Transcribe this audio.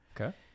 Okay